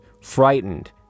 frightened